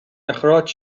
اخراج